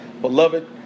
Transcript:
Beloved